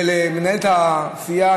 ולמנהלת הסיעה,